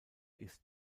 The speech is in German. ist